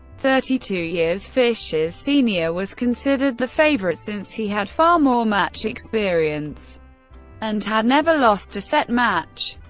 thirty two years fischer's senior, was considered the favorite, since he had far more match experience and had never lost a set match.